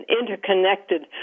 interconnected